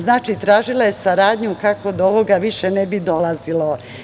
Znači, tražila je saradnju kako do ovog više ne bi dolazilo.